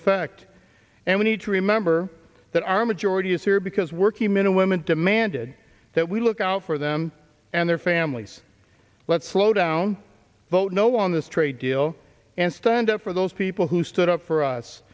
effect and we need to remember that our majority is here because working men and women demanded that we look out for them and their families let's slow down vote no on this trade deal and stand up for those people who stood up for us